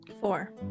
Four